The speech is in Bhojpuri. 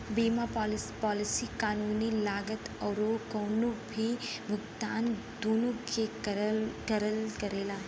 बीमा पॉलिसी कानूनी लागत आउर कउनो भी भुगतान दूनो के कवर करेला